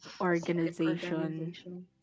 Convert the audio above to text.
organization